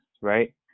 right